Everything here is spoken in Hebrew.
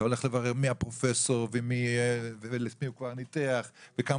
אתה הולך לברר מי הפרופסור ואת מי הוא כבר ניתח וכמה